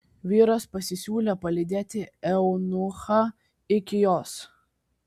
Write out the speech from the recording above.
vyras pasisiūlė palydėti eunuchą iki jos